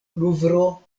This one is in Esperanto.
luvro